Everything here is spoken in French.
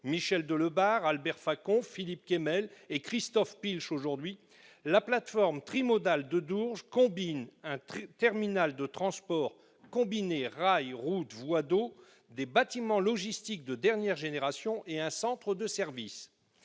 Michel Delebarre, Albert Facon, Philippe Kemel et Christophe Pilch- j'ai plaisir à rappeler leurs noms -, la plateforme trimodale de Dourges associe un terminal de transport combiné rail-route-voie d'eau, des bâtiments logistiques de dernière génération et un centre de services.